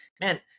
man